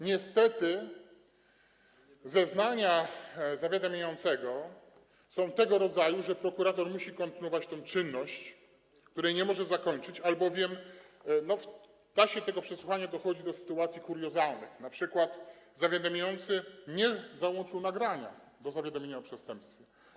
Niestety zeznania zawiadamiającego są tego rodzaju, że prokurator musi kontynuować tę czynność, której nie może zakończyć, albowiem w czasie tego przesłuchania dochodzi do kuriozalnych sytuacji, np. zawiadamiający nie załączył nagrania do zawiadomienia o przestępstwie.